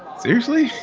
seriously?